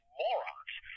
morons